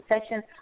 session